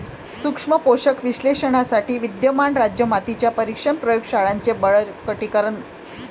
सूक्ष्म पोषक विश्लेषणासाठी विद्यमान राज्य माती परीक्षण प्रयोग शाळांचे बळकटीकरण